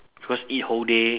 cause eat whole day